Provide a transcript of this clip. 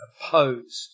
opposed